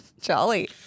Jolly